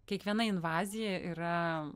kiekviena invazija yra